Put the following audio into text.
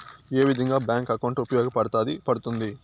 ఏ విధంగా bank account ఉపయోగపడతాయి పడ్తుంది